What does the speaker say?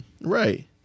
Right